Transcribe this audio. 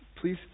Please